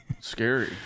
scary